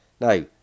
Now